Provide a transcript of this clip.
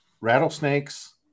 rattlesnakes